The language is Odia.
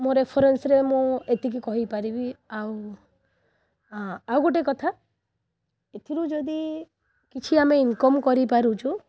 ମୋ ରେଫରେନ୍ସ୍ରେ ମୁଁ ଏତିକି କହିପାରିବି ଆଉ ଆଉ ଗୋଟିଏ କଥା ଏଥିରୁ ଯଦି କିଛି ଆମେ ଇନ୍କମ୍ କରିପାରୁଛୁ